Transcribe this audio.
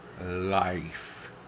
life